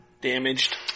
Damaged